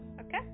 okay